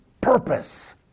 purpose